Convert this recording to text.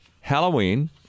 Halloween